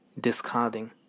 discarding